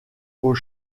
aux